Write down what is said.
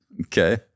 okay